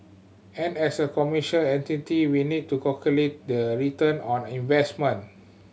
and as a commercial entity we need to calculate the return on investment